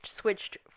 switched